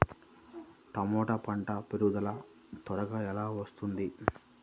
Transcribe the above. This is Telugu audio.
టమాట పంట ఎదుగుదల త్వరగా ఎలా వస్తుంది?